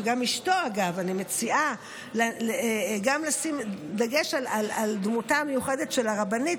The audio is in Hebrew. גם אשתו אני מציעה גם לשים דגש על דמותה המיוחדת של הרבנית,